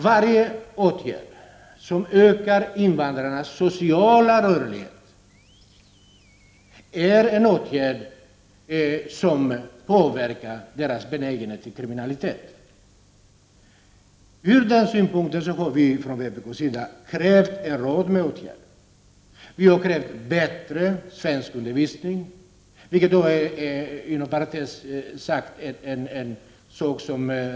Varje åtgärd som ökar invandrarnas sociala rörlighet är en åtgärd som påverkar invandrarnas benägenhet till kriminalitet. Med tanke härpå har vi från vpk:s sida krävt en rad åtgärder. Vi har krävt bättre svenskundervisning.